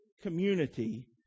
community